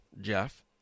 Jeff